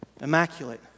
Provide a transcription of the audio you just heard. immaculate